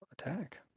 attack